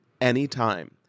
anytime